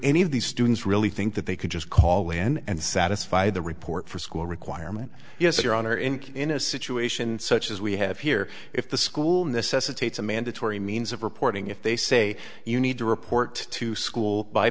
any of these students really think that they could just call in and satisfy the report for school requirement yes your honor in in a situation such as we have here if the school necessitates a mandatory means of reporting if they say you need to report to school by